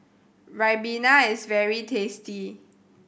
Ribena is very tasty